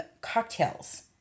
cocktails